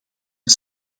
een